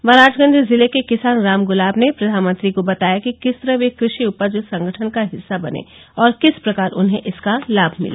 महाराजगंज जिले के किसान रामगुलाब ने प्रधानमंत्री को बताया कि किस तरह वे कृषक उपज संगठन का हिस्सा बने और किस प्रकार उन्हें इसका लाभ मिला